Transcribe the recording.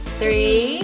three